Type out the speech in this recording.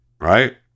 Right